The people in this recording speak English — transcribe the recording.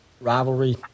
rivalry